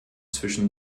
zwischen